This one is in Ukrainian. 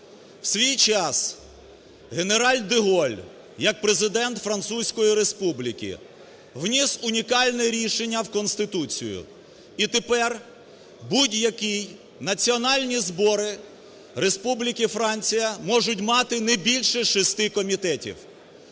У свій час генерал де Голль як Президент Французької Республіки вніс унікальне рішення в Конституцію. І тепер будь-які Національні збори Республіки Франція можуть мати не більше 6 комітетів.